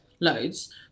loads